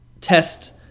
test